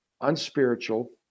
unspiritual